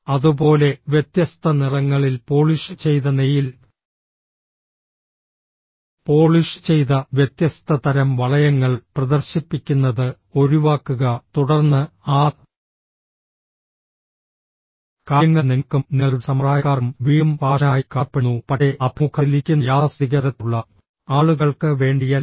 അതുപോലെ വ്യത്യസ്ത നിറങ്ങളിൽ പോളിഷ് ചെയ്ത നെയിൽ പോളിഷ് ചെയ്ത വ്യത്യസ്ത തരം വളയങ്ങൾ പ്രദർശിപ്പിക്കുന്നത് ഒഴിവാക്കുക തുടർന്ന് ആ കാര്യങ്ങൾ നിങ്ങൾക്കും നിങ്ങളുടെ സമപ്രായക്കാർക്കും വീണ്ടും ഫാഷനായി കാണപ്പെടുന്നു പക്ഷേ അഭിമുഖത്തിൽ ഇരിക്കുന്ന യാഥാസ്ഥിതിക തരത്തിലുള്ള ആളുകൾക്ക് വേണ്ടിയല്ല